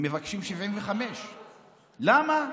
הם מבקשים 75. למה?